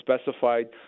specified